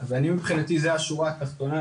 אז אני מבחינתי זה השורה התחתונה,